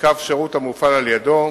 קו שירות המופעל על-ידו,